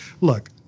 look